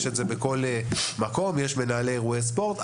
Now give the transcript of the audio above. יש את זה בכל מקום ויש מנהלי אירועי ספורט.